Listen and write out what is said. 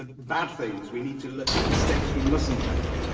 ah bad things we need to look, mistakes we mustn't make.